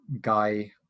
guy